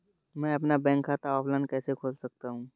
मैं अपना खाता ऑफलाइन कैसे खोल सकता हूँ?